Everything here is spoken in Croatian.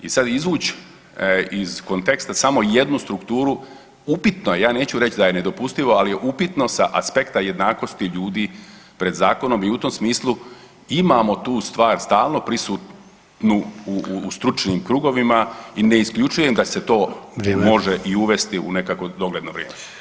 I sad izvući iz konteksta samo jednu strukturu upitno je, ja neću reći da je nedopustivo, ali je upitno sa aspekta jednakosti ljudi pred zakonom i u tom smislu imamo tu stvar stalno prisutnu u stručnim krugovima i ne isključujem da se to može i uvesti u nekakvo dogledno vrijeme.